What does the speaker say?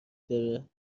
دارد